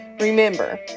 Remember